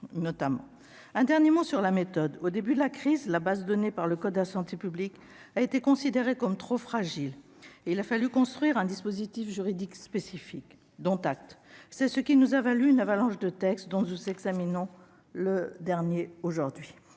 un dernier mot sur la méthode. Au début de la crise, la base donnée par le code de la santé publique a été considérée comme trop fragile et il a fallu construire un dispositif juridique spécifique. Dont acte. C'est ce qui nous a valu une avalanche de textes ; nous examinons le dernier aujourd'hui.